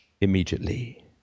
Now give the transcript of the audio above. immediately